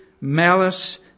malice